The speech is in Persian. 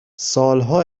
سالها